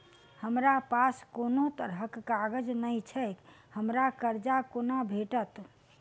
हमरा पास कोनो तरहक कागज नहि छैक हमरा कर्जा कोना भेटत?